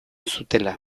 zutela